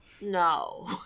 no